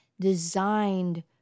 designed